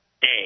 day